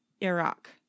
Iraq